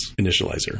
initializer